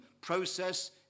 process